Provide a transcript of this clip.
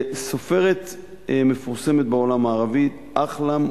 סופרת מפורסמת בעולם הערבי היא אחלאם